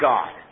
God